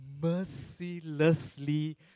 mercilessly